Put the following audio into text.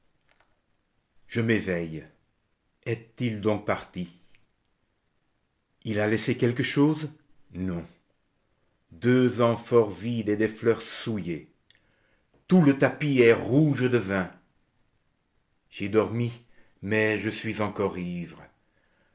je m'éveille est-il donc parti il a laissé quelque chose non deux amphores vides et des fleurs souillées tout le tapis est rouge de vin j'ai dormi mais je suis encore ivre